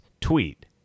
tweet